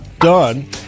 done